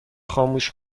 خاموش